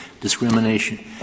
discrimination